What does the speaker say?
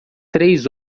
três